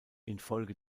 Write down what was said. infolge